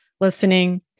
listening